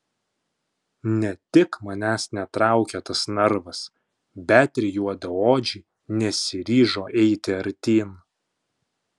ne tik manęs netraukė tas narvas bet ir juodaodžiai nesiryžo eiti artyn